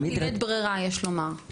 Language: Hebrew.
פשוט בלית ברירה, יש לומר.